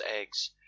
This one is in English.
eggs